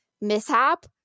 mishap